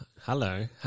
Hello